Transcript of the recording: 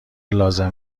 لازم